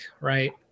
right